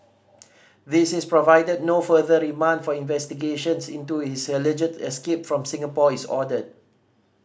this is provided no further remand for investigations into his alleged escape from Singapore is ordered